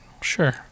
sure